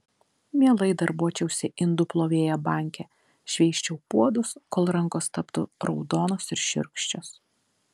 mielai darbuočiausi indų plovėja banke šveisčiau puodus kol rankos taptų raudonos ir šiurkščios